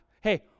Hey